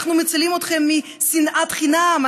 אנחנו מצילים אתכם משנאת חינם,